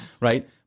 right